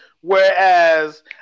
Whereas